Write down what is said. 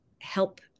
help